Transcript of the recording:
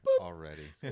already